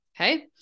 Okay